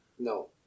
No